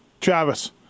Travis